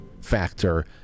factor